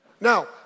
Now